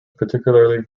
particularly